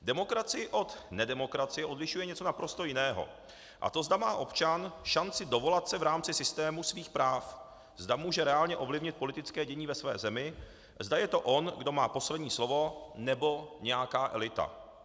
Demokracii od nedemokracie odlišuje něco naprosto jiného, a to zda má občan šanci dovolat se v rámci systému svých práv, zda může reálně ovlivnit politické dění ve své zemi, zda je to on, kdo má poslední slovo, nebo nějaká elita.